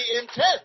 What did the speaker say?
intense